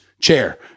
chair